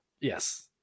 Yes